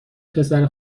پسر